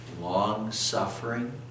long-suffering